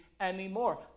anymore